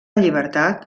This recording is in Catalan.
llibertat